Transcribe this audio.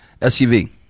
SUV